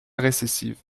récessive